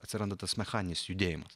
atsiranda tas mechaninis judėjimas